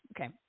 Okay